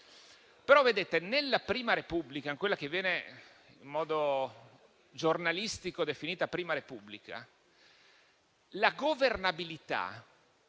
Però, vedete, nella Prima Repubblica, in quella che viene in modo giornalistico definita Prima Repubblica, la governabilità